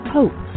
Hope